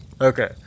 Okay